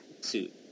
suit